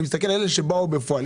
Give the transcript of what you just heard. אני מסתכל על אלה שבאו בפועל.